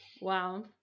wow